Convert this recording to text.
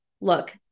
look